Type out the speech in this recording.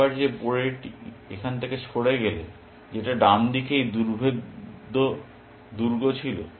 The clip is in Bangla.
একবার এই বোড়েটি এখান থেকে সরে গেলে যেটা ডানদিকে এই দুর্ভেদ্য দুর্গ ছিল